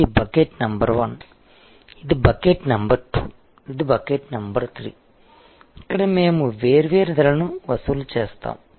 ఇది bucket number 1 ఇది bucket number 2 ఇది బకెట్ నంబర్ 3 ఇక్కడ మేము వేర్వేరు ధరలను వసూలు చేస్తాము